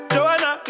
Joanna